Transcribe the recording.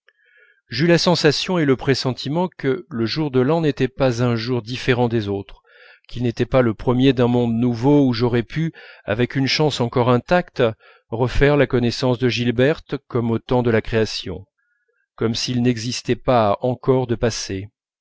j'eus la sensation et le pressentiment que le jour de l'an n'était pas un jour différent des autres qu'il n'était pas le premier d'un monde nouveau où j'aurais pu avec une chance encore intacte refaire la connaissance de gilberte comme au temps de la création comme s'il n'existait pas encore de passé